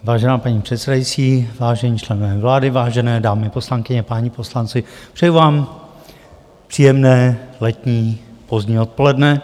Vážená paní předsedající, vážení členové vlády, vážené dámy poslankyně, páni poslanci, přeju vám příjemné letní pozdní odpoledne.